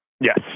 Yes